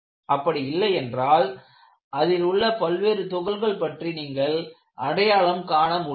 அப்படி இல்லை என்றால் அதில் உள்ள பல்வேறு துகள்கள் பற்றி நீங்கள் அடையாளம் காண முடியாது